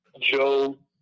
Joe